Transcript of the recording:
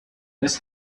miss